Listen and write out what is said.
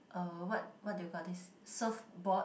uh what what do you call this surf board